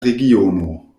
regiono